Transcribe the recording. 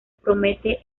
promete